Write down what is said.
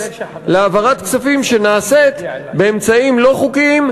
להעברת כספים שנעשית באמצעים לא חוקיים,